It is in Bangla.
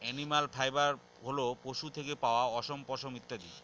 এনিম্যাল ফাইবার হল পশু থেকে পাওয়া অশম, পশম ইত্যাদি